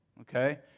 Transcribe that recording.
okay